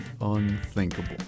unthinkable